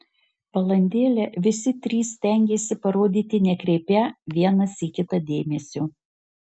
valandėlę visi trys stengėsi parodyti nekreipią vienas į kitą dėmesio